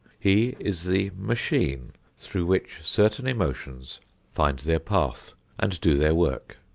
he is the machine through which certain emotions find their path and do their work.